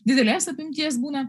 didelės apimties būna